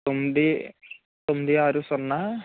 తొమ్మిది తొమ్మిది ఆరు సున్నా